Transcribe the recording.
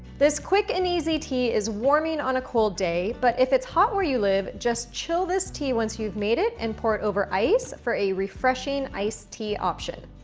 this quick and easy tea is warming on a cold day but if it's hot where you live, just chill this tea once you've made it and pour it over ice for a refreshing iced tea option.